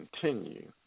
continue